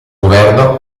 governo